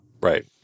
right